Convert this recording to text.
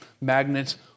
magnets